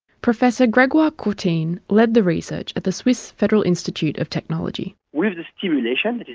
professor gregoire courtine led the research at the swiss federal institute of technology. with the stimulation,